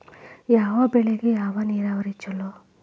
ಯಾವ ಬೆಳಿಗೆ ಯಾವ ನೇರಾವರಿ ಛಲೋ?